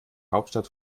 hauptstadt